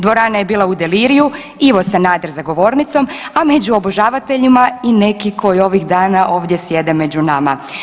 Dvorana je bila u deliriju, Ivo Sanader za govornicom, a među obožavateljima i neki koji ovih dana ovdje sjede među nama.